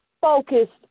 focused